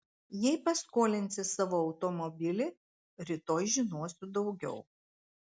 jei paskolinsi savo automobilį rytoj žinosiu daugiau